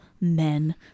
men